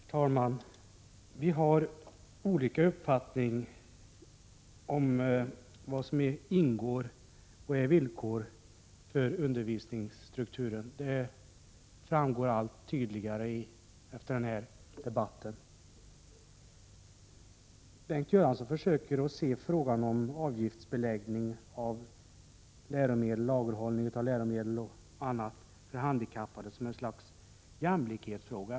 Herr talman! Att vi har olika uppfattning om vad som ingår i undervisningsstrukturen och vad som är villkor för undervisningsstrukturen framgår allt tydligare i denna debatt. Bengt Göransson försöker se frågan om avgiftsbeläggning och lagerhållning av läromedel för handikappade som en jämlikhetsfråga. Jag ställer inte upp på denna typ av jämlikhetsresonemang.